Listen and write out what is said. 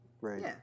Right